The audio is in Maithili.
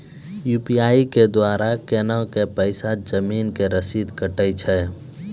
यु.पी.आई के द्वारा केना कऽ पैसा जमीन के रसीद कटैय छै?